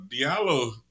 Diallo